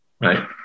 right